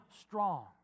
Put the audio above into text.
strong